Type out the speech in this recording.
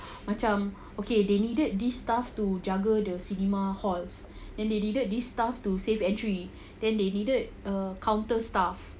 macam okay they needed this staff to jaga the cinema halls and they needed this staff to save entry then they needed counter staff